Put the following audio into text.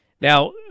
Now